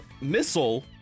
Missile